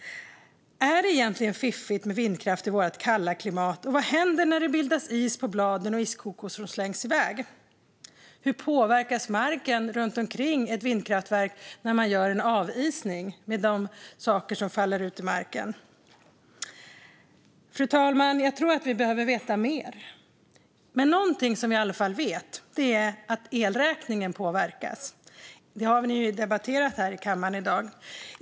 Är det egentligen fiffigt med vindkraft i vårt kalla klimat, och vad händer när det bildas is på bladen och iskokor slängs iväg? Hur påverkas marken runt omkring ett vindkraftverk när man gör en avisning, med tanke på de saker som faller till marken? Fru talman! Jag tror att vi behöver veta mer. Men någonting vi vet är i alla fall att elräkningen påverkas, vilket ju har debatterats i kammaren i dag.